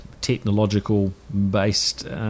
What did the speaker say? technological-based